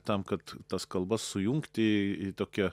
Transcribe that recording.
tam kad tas kalbas sujungti į tokią